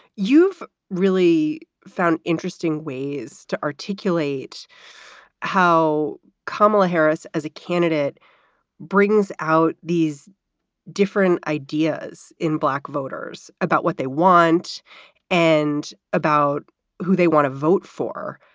you've really found interesting ways to articulate how kamala harris as a candidate brings out these different ideas in black voters about what they want and about who they want to vote for.